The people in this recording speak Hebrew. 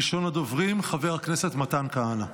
ראשון הדוברים, חבר הכנסת מתן כהנא.